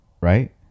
right